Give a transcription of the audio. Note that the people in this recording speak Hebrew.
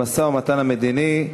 במשא-ומתן המדיני,